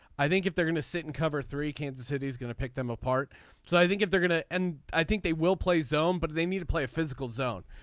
i think if they're going to sit and cover three. kansas city is going to pick them apart. so i think if they're going to and i think they will play zone but they need to play a physical zone.